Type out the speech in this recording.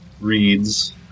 reads